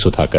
Sudhakar